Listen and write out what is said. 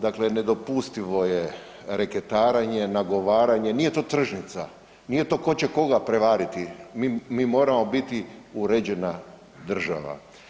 Dakle, nedopustivo je reketarenje, nagovaranje, nije to tržnica, nije to tko će koga prevariti, mi moramo biti uređena država.